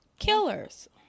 killers